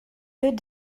good